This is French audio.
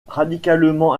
radicalement